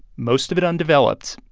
most of it undeveloped,